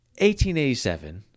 1887